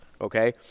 okay